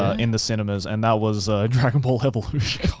in the cinemas. and that was a dragonball evolution.